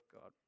God